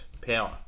Power